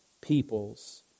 peoples